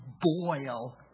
boil